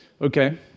Okay